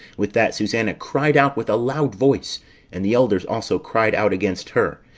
with that susanna cried out with a loud voice and the elders also cried out against her.